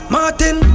Martin